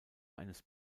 eines